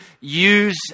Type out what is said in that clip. use